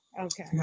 Okay